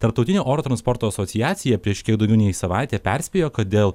tarptautinio oro transporto asociacija prieš kiek daugiau nei savaitę perspėjo kad dėl